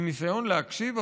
עם ניסיון להקשיב,